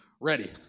ready